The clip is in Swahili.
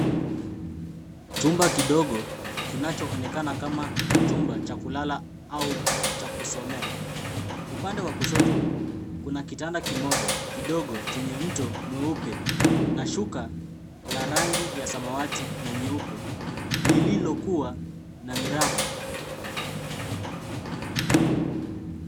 Chumba kidogo kinachoonekana kama chumba cha kulala au cha kusomea. Upande wa kushoto kuna kitanda kimoja kidogo chenye mto mweupe na shuka la rangi ya samawati na nyeupe lililokuwa na miraba.